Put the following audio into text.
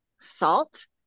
salt